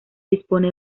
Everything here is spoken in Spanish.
dispone